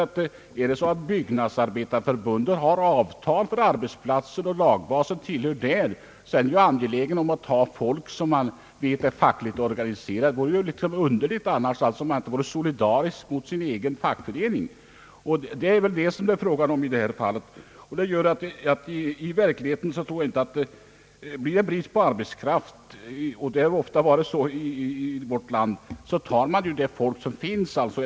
Om Byggnadsarbetareförbundet har avtal på en arbetsplats och lagbasen tillhör det förbundet, är han angelägen att ta folk som han vet är fackligt organiserade inom Byggnadsarbetareförbundet. Det vore underligt om han inte vore solidarisk med sin egen fackförening. Om det blir brist på arbetskraft — och det har ofta varit så i vårt land — tar man naturligtvis det folk som finns att få.